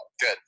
Good